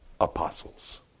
apostles